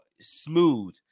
smooth